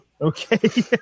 Okay